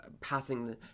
passing